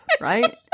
right